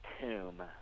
tomb